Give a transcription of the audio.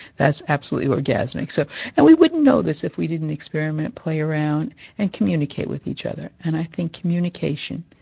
that's absolutely orgasmic. so and we wouldn't know this if we didn't experiment, play around and communicate with each other, and i think communication,